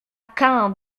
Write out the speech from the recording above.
quand